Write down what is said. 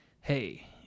hey